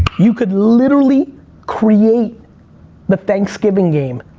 you could literally create the thanksgiving game,